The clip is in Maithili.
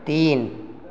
तीन